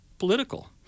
Political